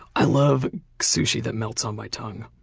i love sushi that melts on my tongue.